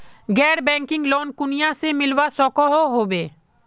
गैर banking loan कुनियाँ से मिलवा सकोहो होबे?